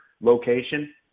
location